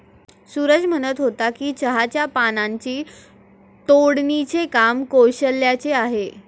सूरज म्हणत होता की चहाच्या पानांची तोडणीचे काम कौशल्याचे आहे